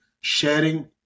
sharing